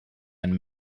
einen